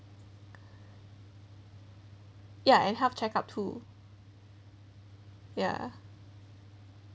ya and health check up too ya